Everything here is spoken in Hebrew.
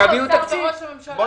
שיביאו תקציב.